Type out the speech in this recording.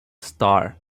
star